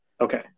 Okay